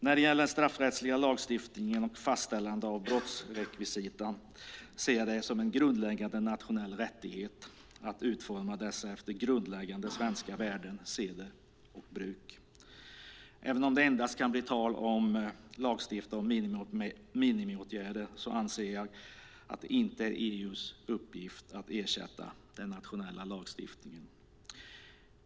När det gäller den straffrättsliga lagstiftningen och fastställande av brottsrekvisit ser jag det som en grundläggande nationell rättighet att utforma dessa efter grundläggande svenska värden, seder och bruk. Även om det endast kan bli tal om att lagstifta om minimiåtgärder anser jag att det inte är EU:s uppgift att ersätta den nationella lagstiftningen.